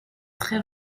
très